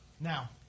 Now